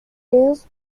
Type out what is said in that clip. des